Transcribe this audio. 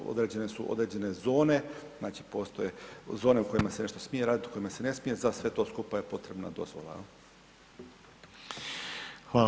To, određene su, određene zone, znači postoje zone u kojima se nešto smije raditi, u kojima se ne smije, za sve to skupa je potrebna dozvola, je li?